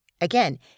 again